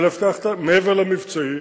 מעבר למבצעי,